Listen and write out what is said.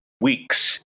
weeks